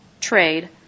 trade